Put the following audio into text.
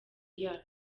year